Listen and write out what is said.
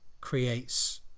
creates